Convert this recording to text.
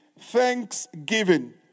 thanksgiving